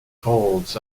holds